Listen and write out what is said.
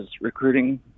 recruiting